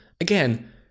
Again